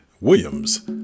Williams